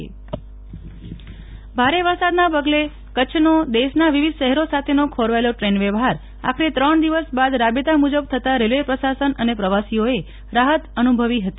Nehal Thakkar Kutch train વ્યવહાર શરૂ ભારે વરસાદના પગલે કચ્છનો દેશના વિવિધ શહેરો સાથેનો ખોરવાયેલો ટ્રેન વ્યવહાર આખરે ત્રણ દિવસ બાદ રાબેતા મુજબ થતાં રેલવે પ્રશાસન અને પ્રવાસીઓએ રાહત અનુભવી હતી